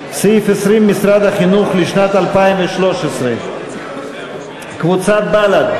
סעיף 20, משרד החינוך, לשנת 2013. קבוצת בל"ד?